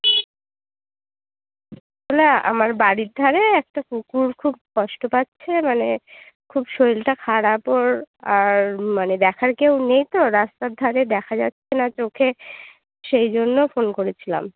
না আমার বাড়ির ধারে একটা কুকুর খুব কষ্ট পাচ্ছে মানে খুব শরীরটা খারাপ ওর আর মানে দেখার কেউ নেই তো রাস্তার ধারে দেখা যাচ্ছে না চোখে সেই জন্য ফোন করেছিলাম